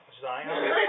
Zion